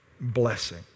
blessing